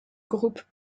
groupe